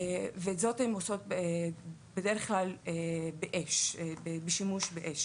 הן עושות את זה בדרך כלל בשימוש באש,